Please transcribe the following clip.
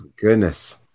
Goodness